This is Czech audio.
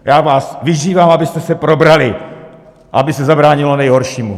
Já vás vyzývám, abyste se probrali a aby se zabránilo nejhoršímu!